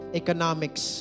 economics